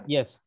Yes